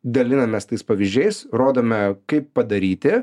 dalinamės tais pavyzdžiais rodome kaip padaryti